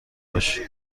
باشی